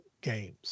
games